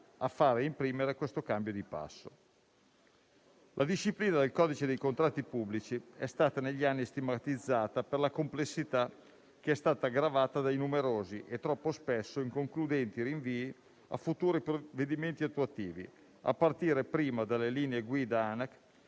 a imprimere questo cambio di passo. La disciplina del codice dei contratti pubblici è stata negli anni stigmatizzata per la complessità, aggravata dai numerosi e troppo spesso inconcludenti rinvii a futuri provvedimenti attuativi. Prima le linee guida Anac